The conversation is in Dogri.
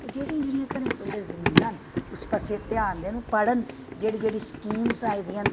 ते जेह्ड़ियां जेह्ड़ियां उंदे घरें च जमीनां न उस पास्सै ध्यान देन पढ़न जेह्ड़ी जेह्ड़ी स्कीमस आई दियां न